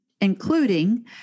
Including